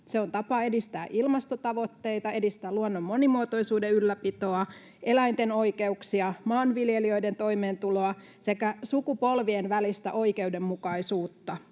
Se on tapa edistää ilmastotavoitteita, edistää luonnon monimuotoisuuden ylläpitoa, eläinten oikeuksia, maanviljelijöiden toimeentuloa sekä sukupolvien välistä oikeudenmukaisuutta.